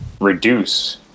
reduce